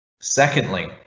Secondly